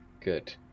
Good